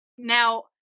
Now